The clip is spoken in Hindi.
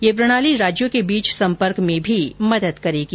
यह प्रणाली राज्यों के बीच संपर्क में भी मदद करेगी